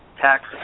tax